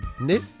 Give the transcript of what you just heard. knit